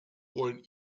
wollen